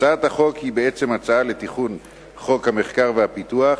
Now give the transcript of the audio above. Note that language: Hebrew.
הצעת החוק היא בעצם הצעה לעידוד המחקר והפיתוח,